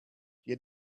yet